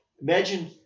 imagine